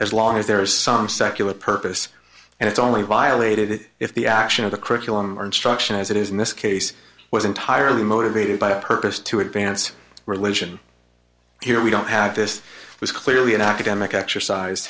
as long as there is some secular purpose and it's only violated if the action of the curriculum or instruction as it is in this case was entirely motivated by a purpose to advance religion here we don't have this was clearly an academic exercise